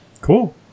Cool